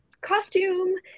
costume